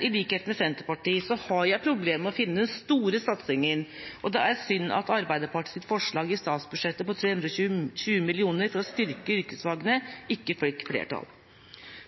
I likhet med Senterpartiet har jeg problemer med å finne den store satsinga, og det er synd at Arbeiderpartiets forslag i statsbudsjettet på 320 mill. kr for å styrke yrkesfagene ikke fikk flertall.